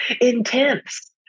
intense